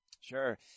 Sure